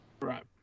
Right